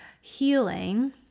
healing